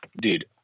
dude